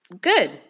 Good